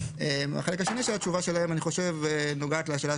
החלק השני של התשובה שלהם אני חושב נוגעת לשאלה,